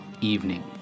evening